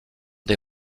des